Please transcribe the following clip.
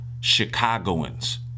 Chicagoans